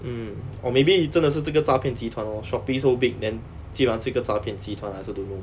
mm or maybe 真的是这个诈骗集团 lor Shopee so big then 竟然是一个诈骗集团 I also don't know